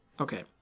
Okay